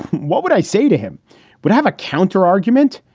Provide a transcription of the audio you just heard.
what would i say to him would have a counter argument.